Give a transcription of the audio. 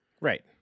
Right